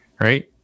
right